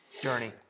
journey